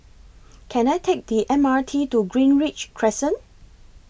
Can I Take The M R T to Greenridge Crescent